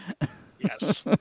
Yes